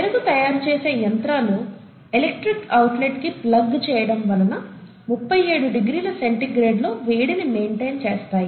పెరుగు తయారు చేసే యంత్రాలు ఎలక్ట్రిక్ ఔట్లెట్ కి ప్లగ్ చేయటం వలన 37 డిగ్రీల సెంటీగ్రేడ్ లో వేడిని మైంటైన్ చేస్తాయి